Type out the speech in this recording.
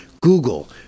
Google